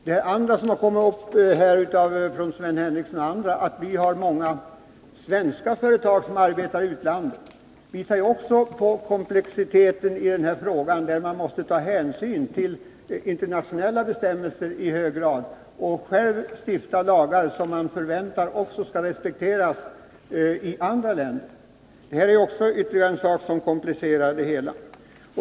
Den andra frågan, som här har tagits upp av Sven Henricsson och andra, gäller att vi har många svenska företag som arbetar i utlandet. Det visar också på komplexiteten i den här frågan, där man i hög grad måste ta hänsyn till internationella bestämmelser och själv stifta lagar som man förväntar sig skall respekteras även i andra länder. Detta är ytterligare en sak som komplicerar det hela.